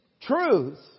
truth